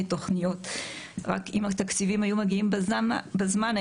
רק אם התקציבים היו מגיעים בזמן,